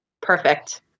Perfect